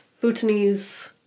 Bhutanese